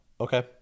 Okay